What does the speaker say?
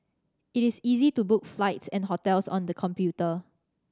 it is easy to book flights and hotels on the computer